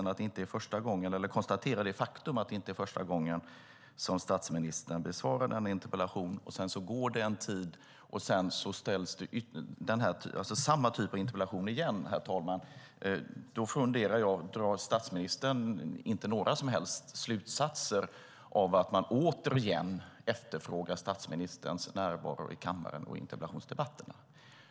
Man kan konstatera att det inte är första gången som statsministern besvarar en sådan här interpellation. Det går en tid, och sedan ställs samma typ av interpellation igen, herr talman. Då funderar jag över en sak: Drar statsministern inte några som helst slutsatser av att man återigen efterfrågar statsministerns närvaro i kammaren och i interpellationsdebatterna?